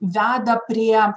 veda prie